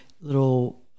little